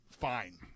Fine